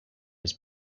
his